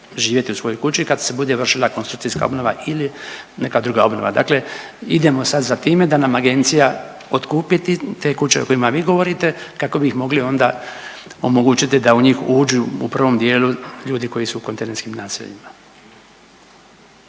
živjeti u svojoj kući kad se bude vršila konstrukcijska obnova ili neka druga obnova. Dakle idemo sad za time da nam agencija otkupi te kuće o kojima vi govorite kako bi ih mogli onda omogućiti da u njih uđu u prvom dijelu ljudi koji su u kontejnerskim naseljima.